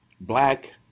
black